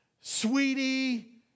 sweetie